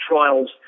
trials